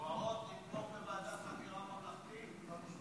בוארון, תתמוך בוועדת חקירה ממלכתית?